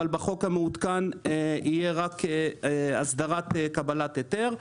אבל בחוק המעודכן יהיה רק הסדרת קבלת היתר.